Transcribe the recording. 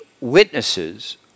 witnesses